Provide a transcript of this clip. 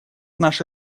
наши